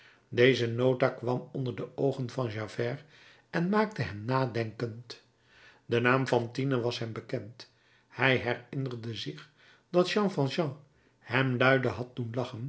deze nota kwam onder de oogen van javert en maakte hem nadenkend de naam fantine was hem bekend hij herinnerde zich dat jean valjean hem luide had doen